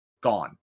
gone